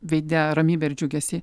veide ramybę ir džiugesį